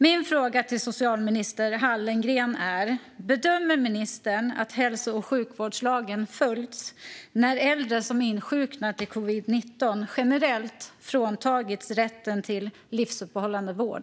Min fråga till socialminister Hallengren är: Bedömer ministern att hälso och sjukvårdslagen följts när äldre som insjuknat i covid-19 generellt har fråntagits rätten till livsuppehållande vård?